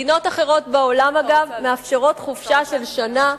מדינות אחרות בעולם, אגב, מאפשרות חופשה של שנה,